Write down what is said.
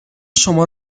شما